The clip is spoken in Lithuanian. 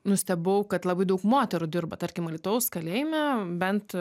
nustebau kad labai daug moterų dirba tarkim alytaus kalėjime bent